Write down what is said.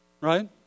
Right